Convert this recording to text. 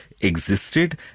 existed